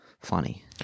funny